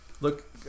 look